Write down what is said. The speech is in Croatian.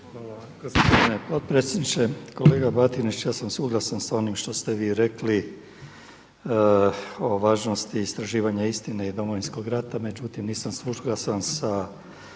(HDZ)** Gospodine potpredsjedniče. Kolega Batinić ja sam suglasan sa onim što ste vi rekli o važnosti istraživanja istine i Domovinskog rata. Međutim, nisam suglasan sa